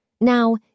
Now